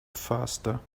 faster